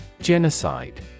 Genocide